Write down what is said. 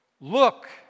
Look